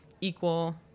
equal